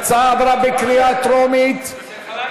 ההצעה להעביר את הצעת חוק הגנת הצרכן (תיקון,